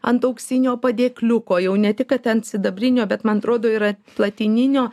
ant auksinio padėkliuko jau ne tik kad ten sidabrinio bet man atrodo ir ant platininio